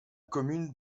commune